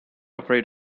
afraid